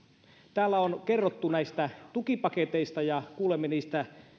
täällä on kerrottu näistä tukipaketeista ja kuulemme niistä